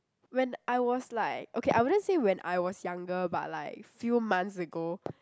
when I was like okay I wouldn't say when I was younger but like few months ago